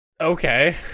Okay